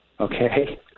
Okay